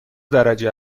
درجه